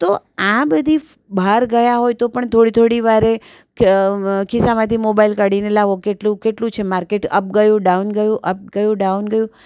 તો આ બધી બહાર ગયા હોય તો તો પણ થોડી થોડી વારે ખિસ્સામાંથી મોબાઇલ કાઢીને લાવો કેટલું કેટલું છે માર્કેટ અપ ગયું ડાઉન ગયું અપ ગયું ડાઉન ગયું